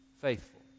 faithful